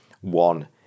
one